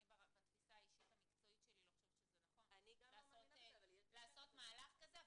אני בתפיסה האישית המקצועית שלי לא חושבת שזה נכון לעשות מהלך כזה,